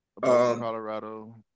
Colorado